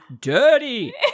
dirty